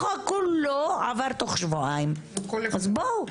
אז בואו,